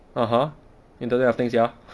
(uh huh) internet of things ya